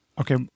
Okay